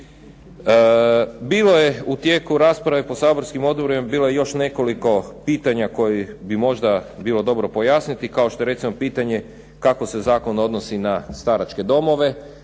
Bilo je u tijeku rasprave po saborskim odborima, bilo je još nekoliko pitanja koja bi bilo dobro pojasniti. Kao što je recimo pitanje, kako se zakon odnosi na staračke domove?